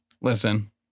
listen